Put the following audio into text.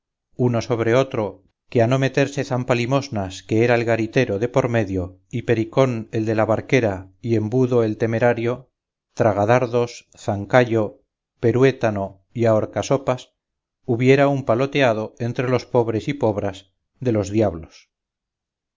uno sobre otro que a no meterse zampalimosnas que era el garitero de por medio y pericón el de la barquera y embudo el temerario tragadardos zancayo peruétano y ahorcasopas hubiera un paloteado entre los pobres y pobras de los diablos